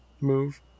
move